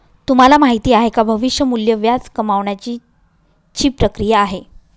तुम्हाला माहिती आहे का? भविष्य मूल्य व्याज कमावण्याची ची प्रक्रिया आहे